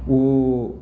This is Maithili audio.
ओ